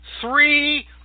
three